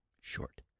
short